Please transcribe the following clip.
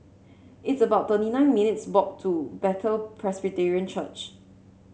it's about thirty nine minutes' walk to Bethel Presbyterian Church